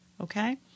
Okay